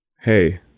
Hey